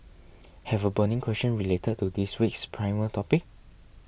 have a burning question related to this week's primer topic